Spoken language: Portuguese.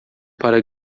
para